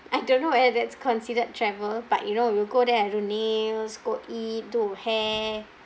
I don't know whether it's considered travel but you know you will go there and do nails go eat do hair